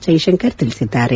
ಜೈಶಂಕರ್ ತಿಳಿಸಿದ್ದಾರೆ